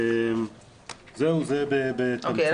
זהו, זה בתמצית.